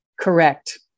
Correct